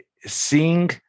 seeing